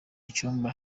icyumba